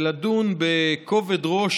ולדון בכובד ראש,